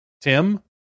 Tim